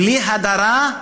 בלי הדרה,